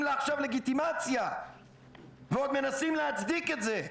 לה עכשיו לגיטימציה ועוד מנסים להצדיק את זה.